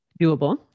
doable